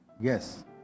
Yes